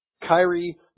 Kyrie